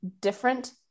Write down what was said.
different